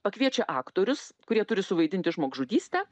pakviečia aktorius kurie turi suvaidinti žmogžudystę